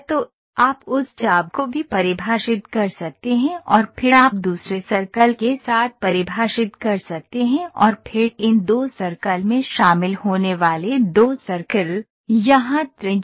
तो आप उस चाप को भी परिभाषित कर सकते हैं और फिर आप दूसरे सर्कल के साथ परिभाषित कर सकते हैं और फिर इन 2 सर्कल में शामिल होने वाले 2 सर्कल यहां त्रिज्या